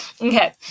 okay